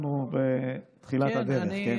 רק שתבין, אנחנו בתחילת הדרך, כן?